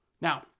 Now